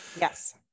Yes